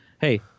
hey